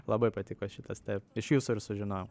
labai patiko šitas taip iš jūsų ir sužinojau